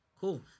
Cool